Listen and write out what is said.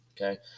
Okay